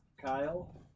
Kyle